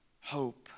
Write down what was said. hope